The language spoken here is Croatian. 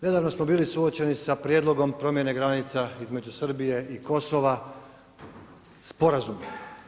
Nedavno smo bili suočeni sa prijedlogom promjene granica između Srbije i Kosova sporazumno.